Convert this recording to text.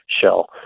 shell